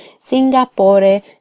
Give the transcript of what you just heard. Singapore